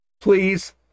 please